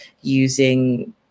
using